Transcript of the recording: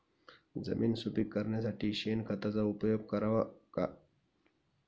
जमीन सुपीक करण्यासाठी शेणखताचा उपयोग करावा का?